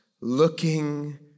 looking